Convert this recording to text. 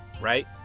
right